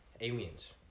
aliens